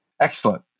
Excellent